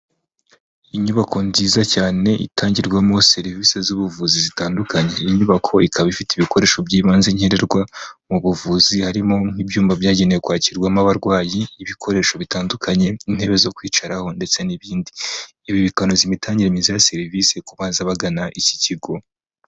Inyubako nziza cyane itangirwamo serivisi z'ubuvuzi zitandukanye, iyi nyubako ikaba ifite ibikoresho by'ibanze nkenerwa mu buvuzi, harimo nk'ibyumba byagenewe kwakirwamo abarwayi, ibikoresho bitandukanye, intebe zo kwicaraho ndetse n'ibindi, ibi bikanoza imitangire myiza ya serivisi, ku baza bagana iki kigo.